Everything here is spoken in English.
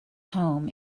home